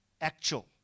actual